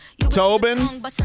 Tobin